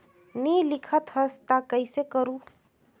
नी लिखत हस ता कइसे करू?